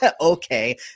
Okay